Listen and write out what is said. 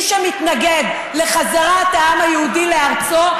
מי שמתנגד לחזרת העם היהודי לארצו,